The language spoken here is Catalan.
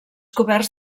coberts